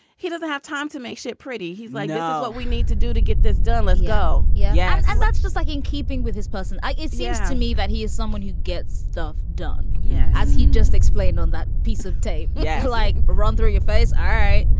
he doesn't have time to make shit pretty he's like, no, but we need to do to get this done. let's go. yeah. yeah. and that's just like in keeping with his person. i it seems to me that he is someone who gets stuff done yeah as he just explained on that piece of tape. yeah. like run through your face. right.